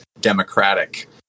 democratic